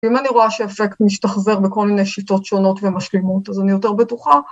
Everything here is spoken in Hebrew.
אם אני רואה שאפקט משתחזר בכל מיני שיטות שונות ומשלימות, אז אני יותר בטוחה.